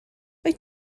wyt